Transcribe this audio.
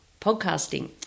podcasting